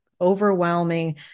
overwhelming